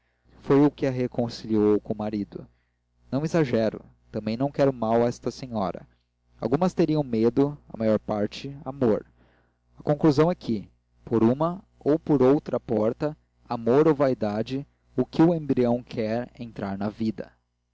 foi o que a reconciliou com o marido não exagero também não quero mal a esta senhora algumas teriam medo a maior parte amor a conclusão é que por uma ou por outra porta amor ou vaidade o que o embrião quer é entrar na vida